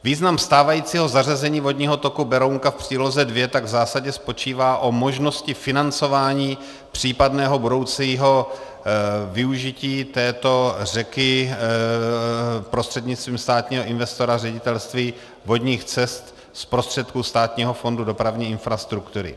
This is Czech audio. Význam stávajícího zařazení vodního toku Berounka v příloze 2 tak v zásadě spočívá o možnosti financování případného budoucího využití této řeky prostřednictvím státního investora Ředitelství vodních cest z prostředků Státního fondu dopravní infrastruktury.